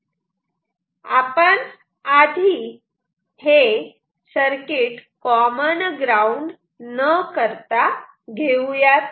आपण आधी हे सर्किट कॉमन ग्राउंड न करता घेऊयात